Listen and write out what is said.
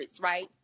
right